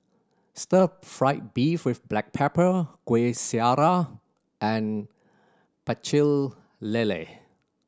stir fried beef with black pepper Kueh Syara and Pecel Lele